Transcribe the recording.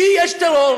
כי יש טרור.